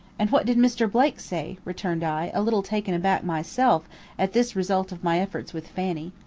and what did mr. blake say? returned i, a little taken back myself at this result of my efforts with fanny.